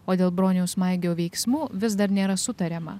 o dėl broniaus maigio veiksmų vis dar nėra sutariama